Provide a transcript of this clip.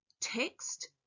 text